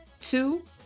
Two